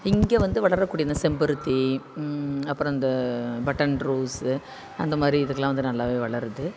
இங்கே வந்து வளரக்கூடிய இந்த செம்பருத்தி அப்புறம் இந்த பட்டன் ரோஸு அந்த மாதிரி இதுக்கெல்லாம் வந்து நல்லாவே வளருது